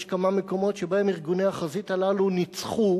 יש כמה מקומות שבהם ארגוני החזית הללו ניצחו